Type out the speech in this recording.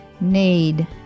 need